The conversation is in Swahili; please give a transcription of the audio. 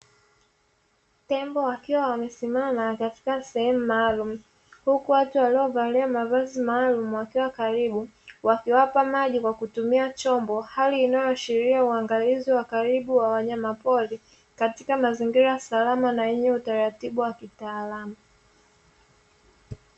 Tembo wakiwa wamesimama katika sehemu maalumu, huku watu waliovalia mavazi maalumu wakiwa karibu, wakiwapa maji kwa kutumia chombo hali inayoashiria uangalizi wa karibu wa wanyama pori, katika mazingira salama na yenye utaratibu wa kitaalamu.